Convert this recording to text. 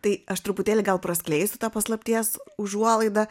tai aš truputėlį gal praskleisiu tą paslapties užuolaidą